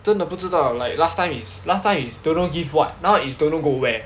真的不知道 like last time is last time is don't know give what now is don't go where